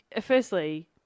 Firstly